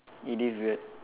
it is weird